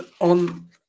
on